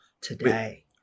today